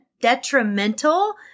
detrimental